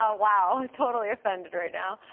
ah wow, totally offended right now.